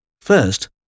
First